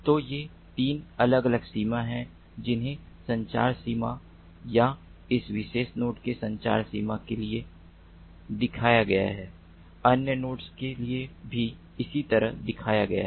तो ये 3 अलग अलग सीमा हैं जिन्हें संचार सीमा या इस विशेष नोड के संचरण सीमा के लिए दिखाया गया है अन्य नोड्स के लिए भी इसी तरह दिखाया गया है